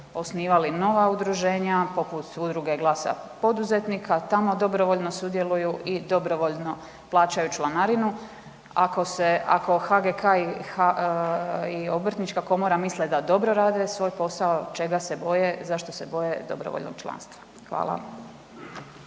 osnivali nova udruženja, poput udruge Glasa poduzetnika, tamo dobrovoljno sudjeluju i dobrovoljno plaćaju članarinu. Ako se, ako HGK i Obrtnička komora misle da dobro rade svoj posao, čega se boje, zašto se boje dobrovoljnog članstva? Hvala.